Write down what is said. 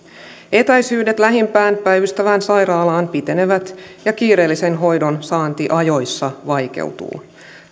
etäisyydet lähimpään päivystävään sairaalaan pitenevät ja kiireellisen hoidon saanti ajoissa vaikeutuu